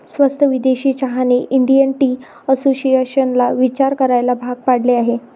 स्वस्त विदेशी चहाने इंडियन टी असोसिएशनला विचार करायला भाग पाडले आहे